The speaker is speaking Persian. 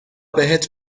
بهت